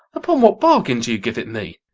upon what bargain do you give it me?